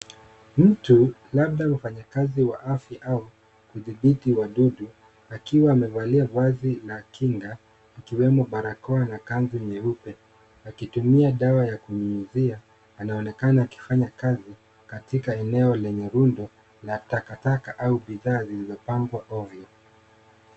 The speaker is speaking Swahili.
Mtu, labda mfanyikazi wa afya au kudhibiti wadudu akiwa amevalia vazi la kinga ikiwemo barakoa na kanzu nyeupe akitumia dawa ya kunyunyizia. Anaonekana akifanya kazi katika eneo lenye rundo la takataka au bidhaa zilizopangwa ovyo.